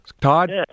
Todd